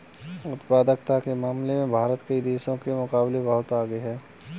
उत्पादकता के मामले में भारत कई देशों के मुकाबले बहुत आगे है